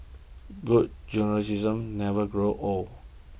good journalism never grows old